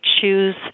choose